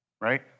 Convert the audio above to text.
right